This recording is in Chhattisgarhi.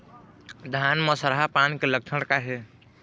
धान म सरहा पान के लक्षण का हे?